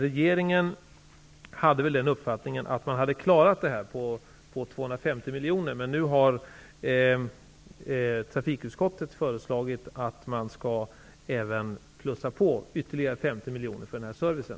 Regeringen hade den uppfattningen att man borde ha klarat detta med 250 miljoner, men trafikutskottet har föreslagit att vi skall plussa på ytterligare 50 miljoner för den här servicen.